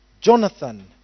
Jonathan